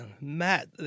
Matt